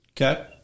Okay